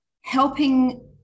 helping